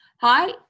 Hi